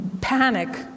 panic